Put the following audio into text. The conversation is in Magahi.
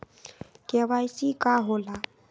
के.वाई.सी का होला?